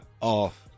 off